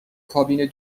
کابین